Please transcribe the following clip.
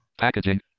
packaging